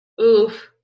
Oof